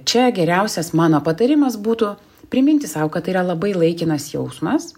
čia geriausias mano patarimas būtų priminti sau kad tai yra labai laikinas jausmas